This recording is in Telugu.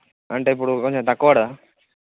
అంటే ఇప్పుడు కొంచెం తక్కువ పడదా